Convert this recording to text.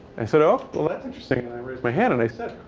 and said, oh, that's interesting. and i raised my hand and i said,